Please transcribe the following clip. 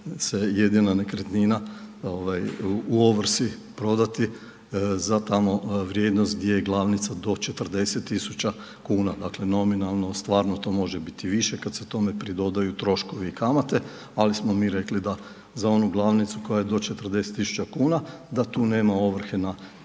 se jedina nekretnina ovaj u ovrsi prodati za tamo vrijednost gdje je glavnica do 40.000 kuna, dakle nominalno stvarno to može biti više kad se tome pridodaju troškovi i kamate, ali smo mi rekli da za onu glavnicu koja je do 40.000 kuna da tu nema ovrhe na